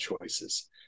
choices